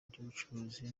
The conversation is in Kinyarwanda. by’ubucuruzi